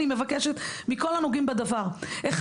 אני מבקשת מכל הנוגעים בדבר: א',